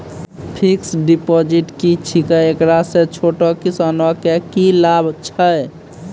Fixed deposit की छिकै, एकरा से छोटो किसानों के की लाभ छै?